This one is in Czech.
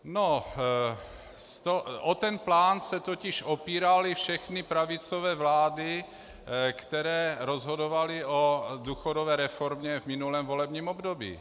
O ten plán se totiž opíraly všechny pravicové vlády, které rozhodovaly o důchodové reformě v minulém volebním období.